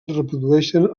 reprodueixen